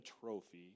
trophy